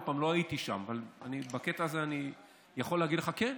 לא הייתי שם, אבל בקטע הזה אני יכול להגיד לך שכן.